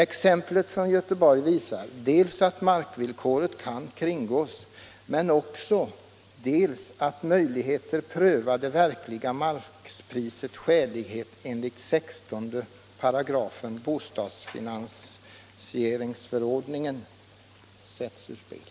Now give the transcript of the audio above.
Exemplet från Göteborg visar dels att markvillkoret kan kringgås, dels att möjligheten att pröva det verkliga markprisets skälighet i enlighet med 16 § bostadsfinansieringsförordningen sätts ur spel.